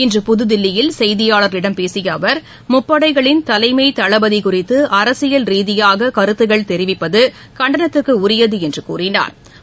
இன்று புதுதில்லியில் செய்தியாளர்களிடம் பேசிய அவர் முப்படைகளின் தலைமை தளபதி குறித்து அரசியல் ரீதியாக கருத்துக்கள் தெரிவிப்பது கண்டனத்திற்குரியது என்று கூறினாா்